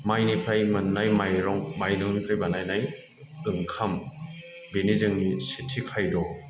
माइनिफ्राय मोननाय माइरं माइरंनिफ्राय बानायनाय ओंखाम बेनो जोंनि सेथि खायद'